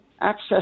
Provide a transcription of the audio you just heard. access